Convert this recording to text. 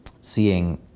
seeing